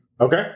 Okay